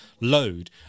load